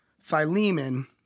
Philemon